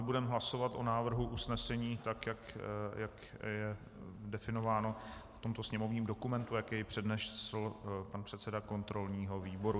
Budeme hlasovat o návrhu usnesení tak, jak je definováno v tomto sněmovním dokumentu, jak jej přednesl pan předseda kontrolního výboru.